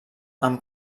amb